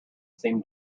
seemed